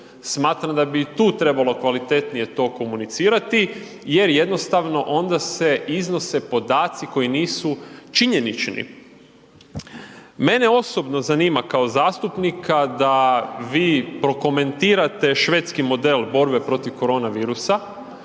Smatram da bi i tu trebalo kvalitetnije to komunicirati jer jednostavno onda se iznose podaci koji nisu činjenični. Mene osobno zanima kao zastupnika da vi prokomentirate švedski model borbe protiv korona virusa